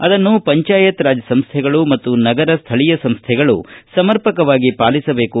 ಅದನ್ನು ಪಂಚಾಯತ್ ರಾಜ್ ಸಂಸ್ಥೆಗಳು ಮತ್ತು ನಗರ ಸ್ವಳೀಯ ಸಂಸ್ಥೆಗಳು ಸಮರ್ಪಕವಾಗಿ ಪಾಲಿಸಬೇಕು